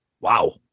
Wow